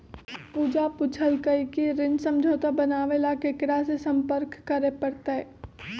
पूजा पूछल कई की ऋण समझौता बनावे ला केकरा से संपर्क करे पर तय?